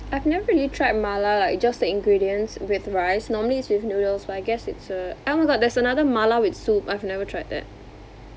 I've never really tried mala like just the ingredients with rice normally is with noodles but I guess it's a oh my god there's another mala with soup I've never tried that